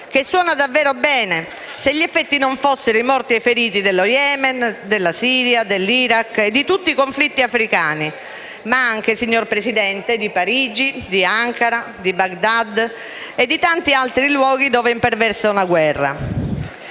che suona davvero bene, se gli effetti non fossero i morti e i feriti dello Yemen, della Siria, dell'Iraq e di tutti i conflitti africani, ma anche, signor Presidente, di Parigi, di Ankara, di Baghdad e di tanti altri luoghi dove imperversa una guerra.